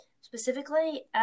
specifically